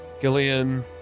Gillian